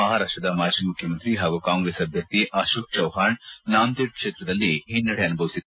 ಮಹಾರಾಷ್ಟದ ಮಾಜಿ ಮುಖ್ಯಮಂತ್ರಿ ಹಾಗೂ ಕಾಂಗ್ರೆಸ್ ಅಭ್ದರ್ಥಿ ಅಶೋಕ್ ಚೌಹಾಣ್ ನಾಂದೇಡ್ ಕ್ಷೇತ್ರದಲ್ಲಿ ಹಿನ್ನಡೆ ಅನುಭವಿಸಿದ್ದಾರೆ